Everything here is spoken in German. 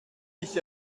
ich